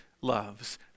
loves